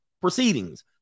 proceedings